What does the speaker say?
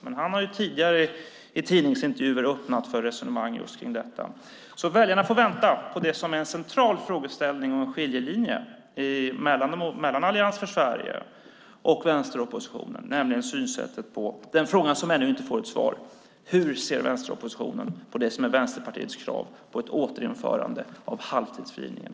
Men han har tidigare i tidningsintervjuer öppnat för resonemang just om detta. Väljarna får vänta på det som är en central frågeställning och en skiljelinje mellan Allians för Sverige och vänsteroppositionen. Det gäller alltså synsättet och den fråga som ännu inte fått något svar, nämligen: Hur ser vänsteroppositionen på Vänsterpartiets krav på ett återinförande av halvtidsfrigivningen?